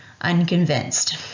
unconvinced